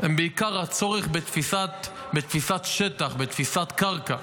הם בעיקר הצורך בתפיסת שטח, בתפיסת קרקע.